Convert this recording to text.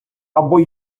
або